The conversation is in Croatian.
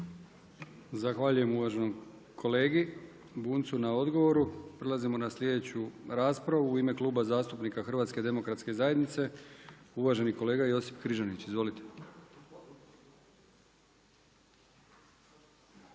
Zahvaljujem uvaženom kolegi na odgovoru. Prelazimo na sljedeću raspravu. U ime Kluba zastupnika HDZ-a uvaženi kolega Josip Križanić. Izvolite.